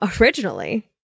originally